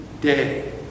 day